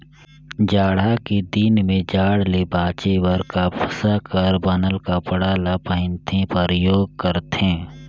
जड़हा के दिन में जाड़ ले बांचे बर कपसा कर बनल कपड़ा ल पहिनथे, परयोग करथे